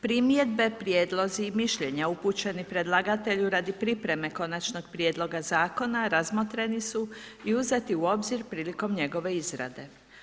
Primjedbe, prijedlozi i mišljenja upućeni predlagatelju radi pripreme konačnog prijedloga Zakona, razmotreni su i uzeti u obzir prilikom njegove izrade.